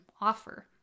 offer